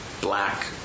black